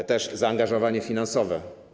To też zaangażowanie finansowe.